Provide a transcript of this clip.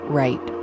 right